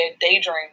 daydream